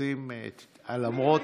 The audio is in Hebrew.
תודה רבה.